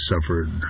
suffered